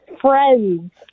friends